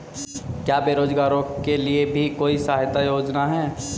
क्या बेरोजगारों के लिए भी कोई सहायता योजना है?